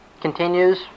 continues